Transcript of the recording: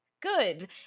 good